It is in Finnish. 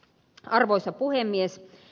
arvoisa puhemies